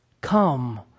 Come